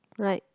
right